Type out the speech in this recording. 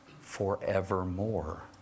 forevermore